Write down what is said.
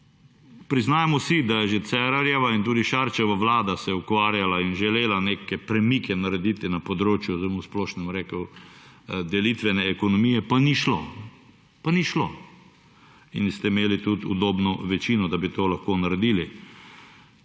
Priznajmo si, da je že Cerarjeva in tudi Šarčeva Vlada se ukvarjala in želela neke premike narediti na področju, zdaj bom splošno rekel, delitvene ekonomije, pa ni šlo. Pa ni šlo. In ste imeli tudi udobno večino, da bi to lahko naredili.